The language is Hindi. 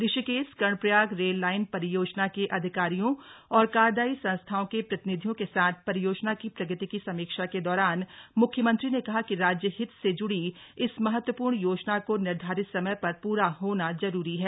ऋषिकेश कर्णप्रयाग रेल लाइन परियोजना के अधिकारियों और कार्यदायी संस्थाओं के प्रतिनिधियों के साथ परियोजना की प्रगति की समीक्षा के दौरान मुख्यमंत्री ने कहा कि राज्य हित से जूड़ी इस महत्वपूर्ण योजना को निर्धारित समय पर पूरा होना जरूरी है